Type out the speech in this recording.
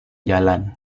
jalan